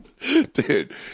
Dude